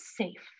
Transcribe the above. safe